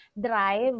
drive